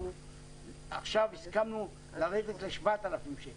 עכשיו הסכמנו לרדת ל-7,000 שקל,